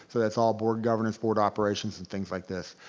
so that's all board governance, board operations, and things like this.